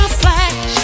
flash